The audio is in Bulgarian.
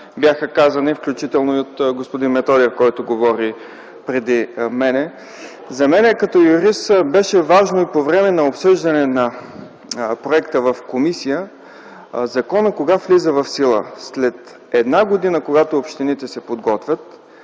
бяха казани, включително и от господин Методиев, който говори преди мен. За мен като юрист беше важно по време на обсъждането на проекта в комисията кога влиза в сила законът – след една година, когато общините се подготвят,